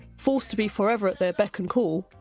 forced to be for ever at their beck and call,